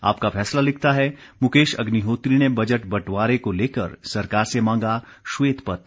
आपका फैसला लिखता है मुकेश अग्निहोत्री ने बजट बंटवारे को लेकर सरकार से मांगा श्वेत पत्र